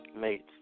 mates